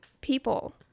people